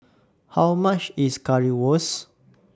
How much IS Currywurst